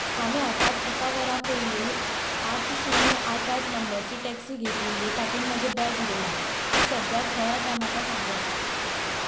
हांवें आतांच एका वरा पयलीं आठ शुन्य आठ आठ नंबराची टॅक्सी घेतिल्ली तातूंत म्हजें बॅग उरलां ती सद्याक खंय आसा म्हाका सांगात